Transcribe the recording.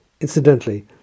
Incidentally